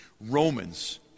Romans